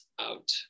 out